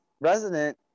resident